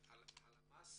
הלמ"ס